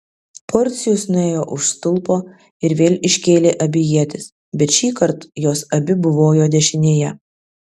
porcijus nuėjo už stulpo ir vėl iškėlė abi ietis bet šįkart jos abi buvojo dešinėje